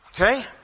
Okay